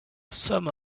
some